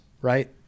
Right